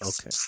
Okay